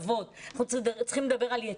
אנחנו גם צריכים לדבר על הטבות.